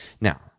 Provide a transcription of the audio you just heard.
Now